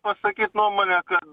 pasakyt nuomonę ka